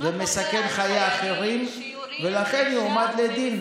ומסכן חיי אחרים, ולכן יועמד לדין.